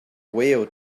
whale